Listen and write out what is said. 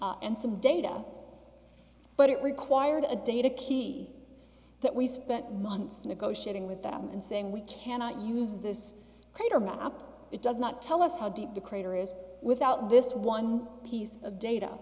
and some data but it required a data key that we spent months negotiating with them and saying we cannot use this kind of man up it does not tell us how deep the crater is without this one piece of data